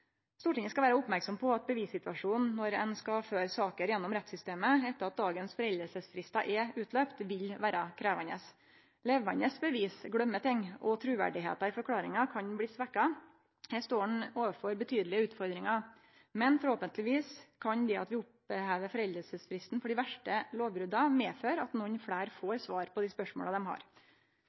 Stortinget skal vere oppmerksam på at bevissituasjonen, når ein skal føre saker gjennom rettssystemet etter at dagens foreldingsfristar har gått ut, vil vere krevjande. Levande bevis gløymer ting, og truverdet til forklaringa kan bli svekt. Her står ein overfor betydelege utfordringar, men forhåpentlegvis kan det at vi opphevar foreldingsfristen for dei verste lovbrota, føre til at nokre fleire får svar på spørsmåla dei har.